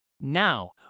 Now